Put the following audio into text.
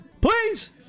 please